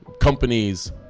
companies